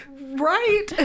right